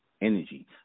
energy